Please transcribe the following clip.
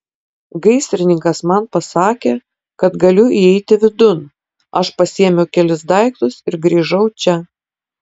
gaisrininkas man pasakė kad galiu įeiti vidun aš pasiėmiau kelis daiktus ir grįžau čia